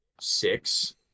six